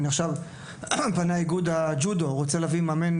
עכשיו פנה איגוד הג'ודו, שרוצה להביא מאמן